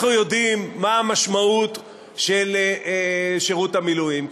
אנחנו יודעים מה המשמעות של שירות המילואים,